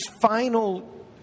final